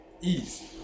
easy